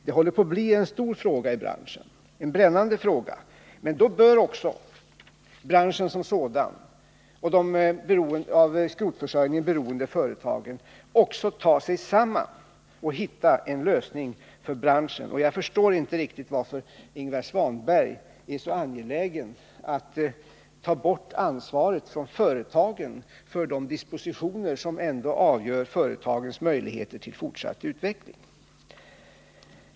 Det håller på att bli en stor och brännande fråga i branschen. Men då bör också branschen som sådan och de av skrotförsörjningen beroende företagen ta sig samman för att hitta en lösning för branschen. Jag förstår inte riktigt varför Ingvar Svanberg är så angelägen om att ta bort ansvaret från företagen för dispositioner som ändå avgör företagens möjligheter till fortsatt utveckling.